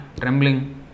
trembling